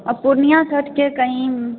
आ पूर्णियासऽ हटके कहीं